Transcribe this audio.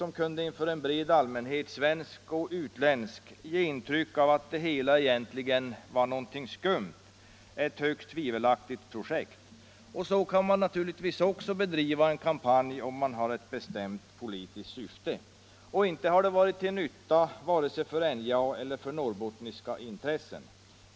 Man kunde inför en bred allmänhet, svensk och utländsk, ge intryck av att det hela egentligen är något skumt, ett högst tvivelaktigt projekt. Så kan man naturligtvis också bedriva en kampanj i ett bestämt politiskt syfte. Inte har det varit till nytta för NJA eller för norrbottniska intressen.